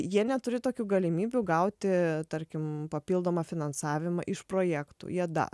jie neturi tokių galimybių gauti tarkim papildomą finansavimą iš projektų jie da